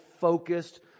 focused